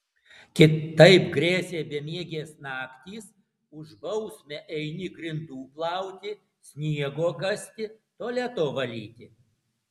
kitaip grėsė bemiegės naktys už bausmę eini grindų plauti sniego kasti tualeto valyti